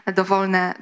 dowolne